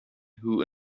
who